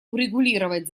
урегулировать